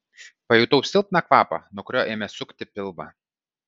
pajutau silpną kvapą nuo kurio ėmė sukti pilvą